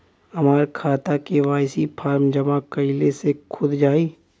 हमार खाता KYC form जमा कइले से खुल जाई?